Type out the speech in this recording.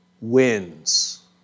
wins